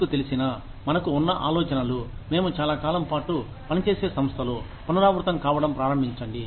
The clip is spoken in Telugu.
మీకు తెలిసిన మనకు ఉన్న ఆలోచనలు మేము చాలాకాలం పాటు పనిచేసే సంస్థలో పునరావృతం కావడం ప్రారంభించండి